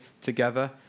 together